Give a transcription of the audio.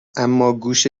اماگوش